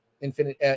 Infinite